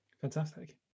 Fantastic